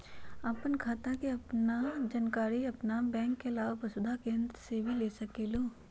आपन खाता के जानकारी आपन बैंक के आलावा वसुधा केन्द्र से भी ले सकेलु?